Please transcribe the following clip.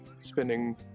spending